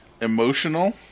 emotional